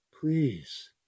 please